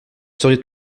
souriait